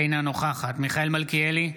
אינה נוכחת מיכאל מלכיאלי,